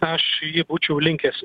aš jį būčiau linkęs